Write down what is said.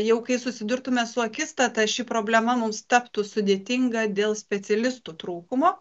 jau kai susidurtume su akistata ši problema mums taptų sudėtinga dėl specialistų trūkumo